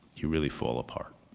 you really fall apart.